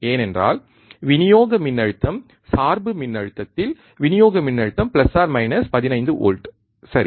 ஏனென்றால் விநியோக மின்னழுத்தம் சார்பு மின்னழுத்தத்தில் விநியோக மின்னழுத்தம் 15 வோல்ட் சரி